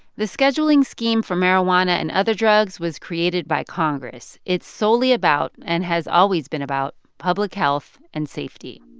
the scheduling scheme for marijuana and other drugs was created by congress. it's solely about and has always been about public health and safety.